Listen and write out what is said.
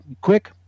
quick